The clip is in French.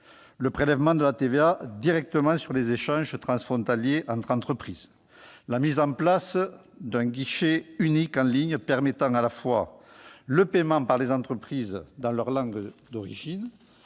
le prélèvement de la TVA directement sur les échanges transfrontaliers entre entreprises, la mise en place d'un guichet unique en ligne permettant à la fois le paiement par les entreprises dans leur langue d'origine